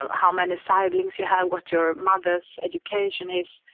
ah how many siblings you have, what your mother's education is,